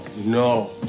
no